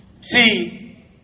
See